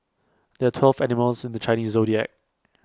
there are twelve animals in the Chinese Zodiac